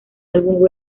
álbum